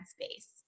space